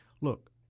look